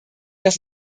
das